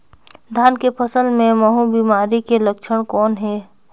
धान के फसल मे महू बिमारी के लक्षण कौन हे?